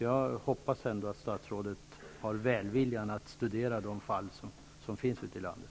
Jag hoppas ändå att statsrådet har välviljan att studera de fall som finns ute i landet.